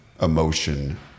emotion